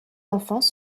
enfants